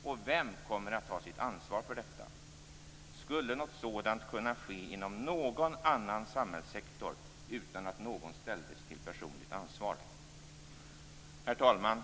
Vem kommer att ta ansvar för detta, och när? Skulle något sådant kunna ske inom någon annan samhällssektor utan att någon ställdes till personligt ansvar? Herr talman!